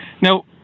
Now